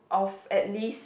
of at least